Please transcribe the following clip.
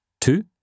Two